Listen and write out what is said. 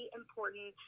important